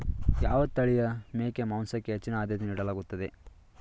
ಯಾವ ತಳಿಯ ಮೇಕೆ ಮಾಂಸಕ್ಕೆ ಹೆಚ್ಚಿನ ಆದ್ಯತೆ ನೀಡಲಾಗುತ್ತದೆ?